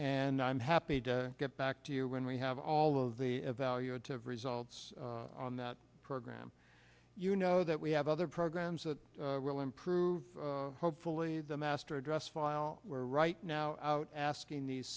and i'm happy to get back to you when we have all of the evaluative results on that program you know that we have other programs that will improve hopefully the master address file where right now out asking these